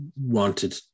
wanted